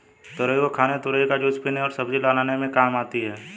तुरई को खाने तुरई का जूस पीने और सब्जी बनाने में काम आती है